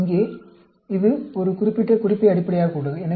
இது இங்கே ஒரு குறிப்பிட்ட குறிப்பை அடிப்படையாகக் கொண்டது